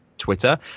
Twitter